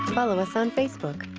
follow us on facebook.